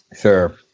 sure